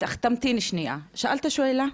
תמתין שנייה, שאלת שאלה?